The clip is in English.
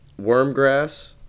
Wormgrass